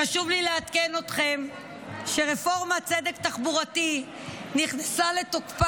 חשוב לי לעדכן אתכם שבשבוע שעבר נכנסה לתוקף